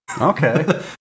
Okay